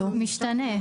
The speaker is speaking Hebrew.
משתנה.